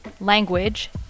language